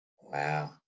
wow